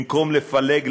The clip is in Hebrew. במקום לפלג,